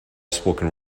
spoken